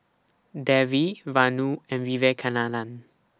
Devi Vanu and Vivekananda